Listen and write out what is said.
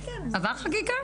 עבר חקיקה?